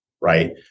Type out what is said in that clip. right